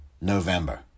November